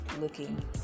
looking